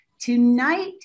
Tonight